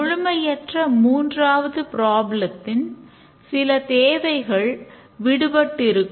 முழுமையற்ற மூன்றாவது ப்ராப்ளத்தின் சில தேவைகள் விடுபட்டிருக்கும்